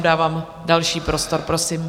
Dávám vám další prostor, prosím.